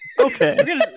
Okay